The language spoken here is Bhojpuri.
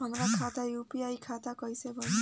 हमार खाता यू.पी.आई खाता कइसे बनी?